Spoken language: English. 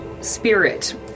spirit